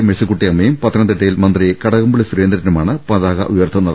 മെഴ്സിക്കുട്ടി യമ്മയും പത്തനംതിട്ടയിൽ മന്ത്രി കടകംപള്ളി സൂരേന്ദ്രനുമാണ് പതാക ഉയർത്തുന്നത്